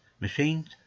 machines